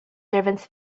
servants